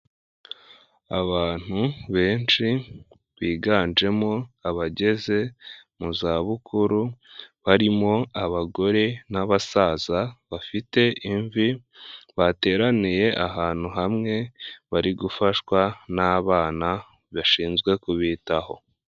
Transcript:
Abantu benshi biganjemo abageze mu za bukuru barimo abagore n'abasaza bafite imvi, bateraniye ahantu hamwe bari gufashwa n'abana bashinzwe kubitaho.